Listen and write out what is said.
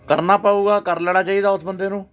ਕਰਨਾ ਪਵੇਗਾ ਕਰ ਲੈਣਾ ਚਾਹੀਦਾ ਉਸ ਬੰਦੇ ਨੂੰ